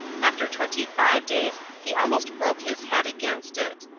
after twenty-five days he almost broke his head against it.